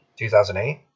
2008